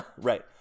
right